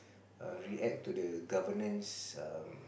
err react to the governance um